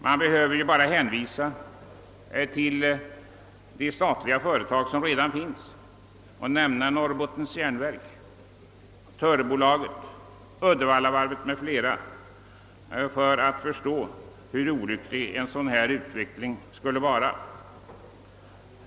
Man behöver bara hänvisa till de statliga företag som redan finns och nämna Norrbottens järnverk, Törebolaget, Uddevallavarvet m.fl. för att förstå hur olycklig en sådan utveckling skulle vara.